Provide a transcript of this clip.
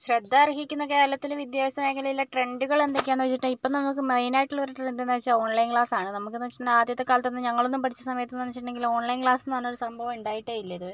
ശ്രദ്ധ അർഹിക്കുന്ന കേരളത്തിലെ വിദ്യാഭ്യാസ മേഖലയിലെ ട്രെൻഡുകൾ എന്തൊക്കെയാണെന്ന് വെച്ചിട്ടുണ്ടെങ്കിൽ ഇപ്പം നമുക്ക് മൈനായിട്ടുള്ള ഒരു ട്രെൻഡെന്ന് വെച്ചാൽ ഓൺലൈൻ ക്ലാസാണ് നമുക്കെന്ന് വെച്ചിട്ടുണ്ടെങ്കിൽ ആദ്യത്തെ കാലത്തൊന്നും ഞങ്ങളൊന്നും പഠിച്ച സമയത്തെന്ന് വെച്ചിട്ടുണ്ടെങ്കിൽ ഓൺലൈൻ ക്ലാസെന്ന് പറഞ്ഞ ഒരു സംഭവം ഉണ്ടായിട്ടേ ഇല്ല